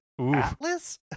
Atlas